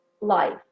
life